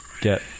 get